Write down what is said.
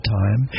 time